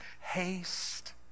Haste